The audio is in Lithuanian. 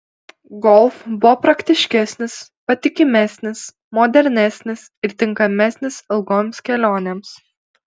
golf buvo praktiškesnis patikimesnis modernesnis ir tinkamesnis ilgoms kelionėms